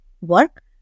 work